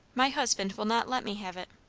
my husband will not let me have it.